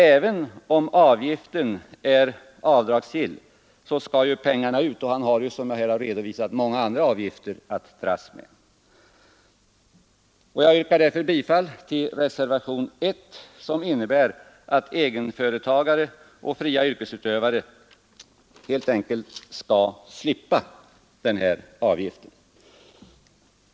Även om avgiften är avdragsgill, skall ju pengarna betalas ut, och han har, som jag redovisat, också många andra avgifter att erlägga. Jag yrkar därför bifall till reservationen 1, som innebär att egenföretagare och fria yrkesutövare helt enkelt skall slippa den nu föreslagna avgiften.